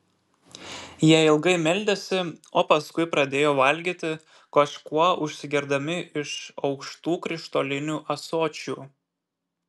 jie ilgai meldėsi o paskui pradėjo valgyti kažkuo užsigerdami iš aukštų krištolinių ąsočių